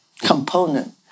component